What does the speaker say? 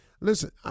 Listen